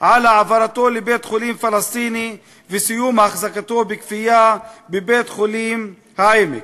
על העברתו לבית-חולים פלסטיני וסיום החזקתו בכפייה בבית-החולים "העמק".